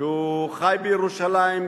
שחי בירושלים,